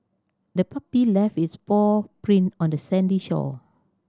the puppy left its paw print on the sandy shore